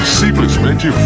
simplesmente